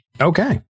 Okay